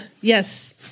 Yes